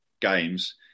games